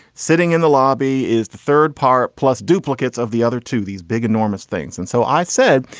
sitting in the lobby is the third part, plus duplicates of the other two, these big, enormous things. and so i said,